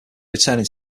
returning